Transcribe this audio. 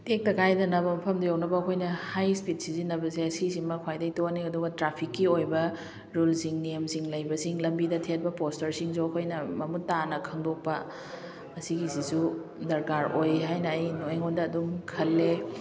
ꯇꯦꯛꯇ ꯀꯥꯏꯗꯅꯕ ꯃꯐꯝꯗꯣ ꯌꯧꯅꯕ ꯑꯩꯈꯣꯏꯅ ꯍꯥꯏ ꯏꯁꯄꯤꯠ ꯁꯤꯖꯟꯅꯕꯁꯦ ꯁꯤꯁꯤꯃ ꯈ꯭ꯋꯥꯏꯗꯒꯤ ꯇꯣꯛꯑꯅꯤ ꯑꯗꯨꯗꯨꯒ ꯇ꯭ꯔꯥꯐꯤꯛꯀꯤ ꯑꯣꯏꯕ ꯔꯨꯜꯁꯤꯡ ꯅꯤꯌꯣꯝꯁꯤꯡ ꯂꯩꯕꯁꯤꯡ ꯂꯝꯕꯤꯗ ꯊꯦꯠꯄ ꯄꯣꯁꯇꯔꯁꯤꯡꯁꯨ ꯑꯩꯈꯣꯏꯅ ꯃꯃꯨꯠ ꯇꯥꯅ ꯈꯪꯗꯣꯛꯄ ꯁꯤꯒꯤꯁꯤꯁꯨ ꯗꯔꯀꯥꯔ ꯑꯣꯏ ꯍꯥꯏꯅ ꯑꯩ ꯑꯩꯉꯣꯟꯗ ꯑꯗꯨꯝ ꯈꯜꯂꯦ